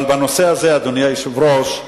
אבל, אדוני היושב-ראש,